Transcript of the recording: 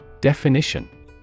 Definition